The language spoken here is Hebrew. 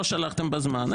לא שלחתם בזמן,